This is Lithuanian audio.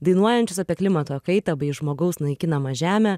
dainuojančius apie klimato kaitą bei žmogaus naikinamą žemę